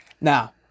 Now